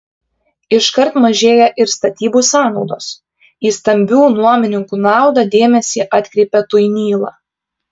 iškart mažėja ir statybų sąnaudos į stambių nuomininkų naudą dėmesį atkreipia tuinyla